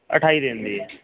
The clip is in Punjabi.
ਅਠਾਈ ਦਿਨ ਦੀ